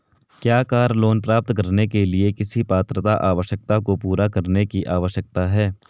क्या car loan प्राप्त करने के लिए किसी पात्रता आवश्यकता को पूरा करने की आवश्यकता है?